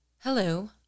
Hello